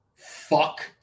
fuck